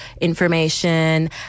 information